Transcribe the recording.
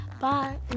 bye